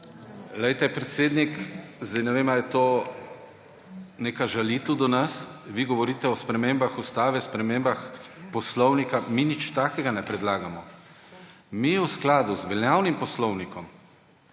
Glejte, predsednik, zdaj ne vem, ali je to neka žalitev do nas. Vi govorite o spremembah ustave, spremembah poslovnika, mi nič takega ne predlagamo. Mi v skladu z veljavnim poslovnikom,